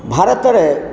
ଭାରତରେ